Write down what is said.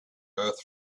earth